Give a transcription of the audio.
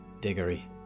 Diggory